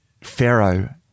Pharaoh